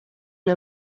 una